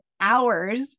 hours